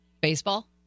Baseball